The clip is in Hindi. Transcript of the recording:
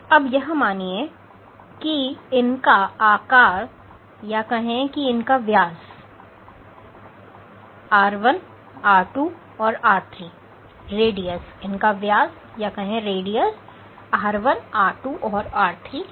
अब यह मानिए कि इनका आकार या कहें कि इनका व्यास r1 r2 और r3 है